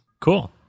Cool